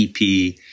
EP